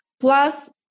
plus